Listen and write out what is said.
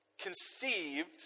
conceived